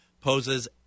poses